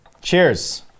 Cheers